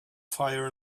fire